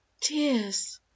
Tears